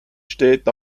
steht